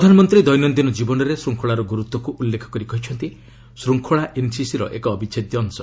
ପ୍ରଧାନମନ୍ତ୍ରୀ ଦୈନନ୍ଦିନ ଜୀବନରେ ଶ୍ଚଙ୍ଖଳାର ଗୁରୁତ୍ୱକୁ ଉଲ୍ଲେଖ କରି କହିଛନ୍ତି ଶ୍ଚଙ୍ଖଳା ଏନ୍ସିସି ର ଏକ ଅବିଚ୍ଛେଦ୍ୟ ଅଂଶ